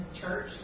church